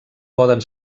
poden